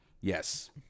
Yes